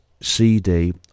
CD